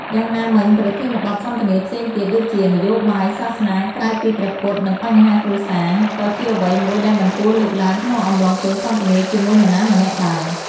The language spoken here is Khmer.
យ៉ាងណាមិញ ប្រធានបទសន្ទនាផ្សេងទៀត ដូចជា នយោបាយ សាសនាក្រៅពីព្រះពុទ្ធ និង បញ្ហាគ្រួសារ ក៏ជាអ្វីមួយដែលមិនគួរលើកឡើងក្នុងអំឡុងពេលសន្ទនាជាមួយនរណាម្នាក់ដែរ។